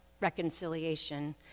reconciliation